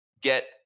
get